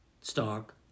stock